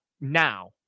now